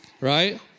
right